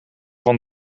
van